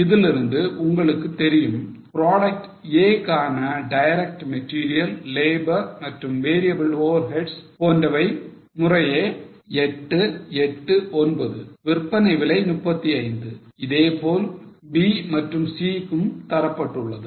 இதிலிருந்து உங்களுக்கு தெரியும் product A கான டைரக்ட் மெட்டீரியல் லேபர் மற்றும் variable overheads போன்றவை முறையை 889 விற்பனை விலை 35 இதே போல் B மற்றும் C கும் தரப்பட்டுள்ளது